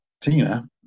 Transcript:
Tina